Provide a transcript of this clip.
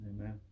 Amen